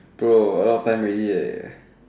bro a lot of time already eh